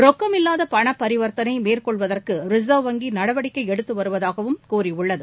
ரொக்கமில்லாத பணபரிவர்த்தனை மேற்கொள்வதற்கு ரிசர்வ் வங்கி நடவடிக்கை எடுத்து வருவதாகவும் கூறியுள்ளது